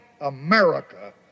America